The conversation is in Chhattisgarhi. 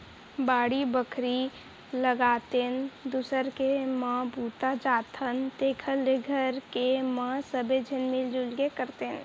बाड़ी बखरी लगातेन, दूसर के म बूता जाथन तेखर ले घर के म सबे झन मिल जुल के करतेन